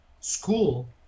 school